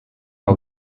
hau